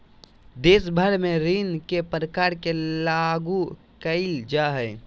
देश भर में ऋण के प्रकार के लागू क़इल जा हइ